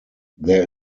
there